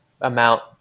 amount